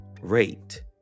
rate